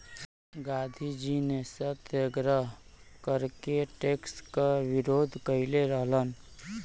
गांधीजी ने सत्याग्रह करके टैक्स क विरोध कइले रहलन